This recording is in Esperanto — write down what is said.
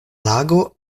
lago